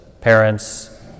parents